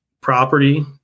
property